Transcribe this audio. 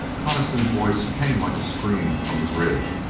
coniston's voice came like a scream from the grid.